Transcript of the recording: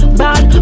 bad